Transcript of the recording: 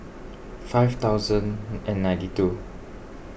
five thousand and ninety two